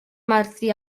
martí